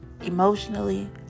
emotionally